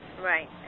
Right